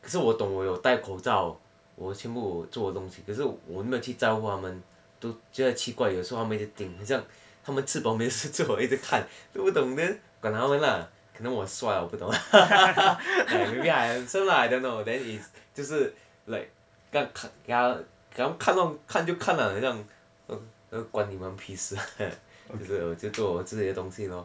可是我懂我有戴口罩我心目做的东西可是我没有去在乎他们都觉得奇怪有时他们一直盯很像他们吃饱没事做一直看都不懂 then 管他们啦可能我帅啦我不懂 ya maybe I handsome lah I don't know then is 就是 like 看给他们给他们看咯看就看啦很像关你们屁事这些东西咯